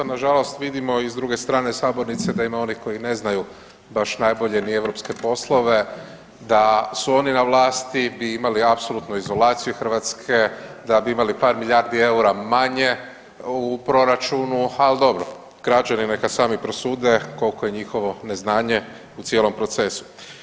Nažalost vidimo i s druge strane sabornice da ima onih koji ne znaju baš najbolje ni europske poslove da su oni na vlasti bi imali apsolutnu izolaciju Hrvatske, da bi imali par milijardi EUR-a manje u proračunu, ali dobro, građani neka sami prosude koliko je njihovo neznanje u cijelom procesu.